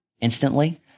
instantly